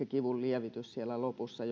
kivunlievitys siellä lopussa